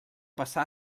passar